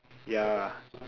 ya